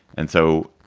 and so.